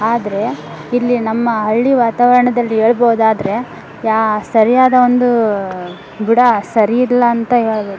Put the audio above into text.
ಆದರೆ ಇಲ್ಲಿ ನಮ್ಮ ಹಳ್ಳಿ ವಾತಾವರಣದಲ್ಲಿ ಹೇಳ್ಬೋದಾದ್ರೆ ಯಾ ಸರಿಯಾದ ಒಂದು ಬುಡ ಸರಿ ಇಲ್ಲಾಂತ ಹೇಳ್ಬೋದು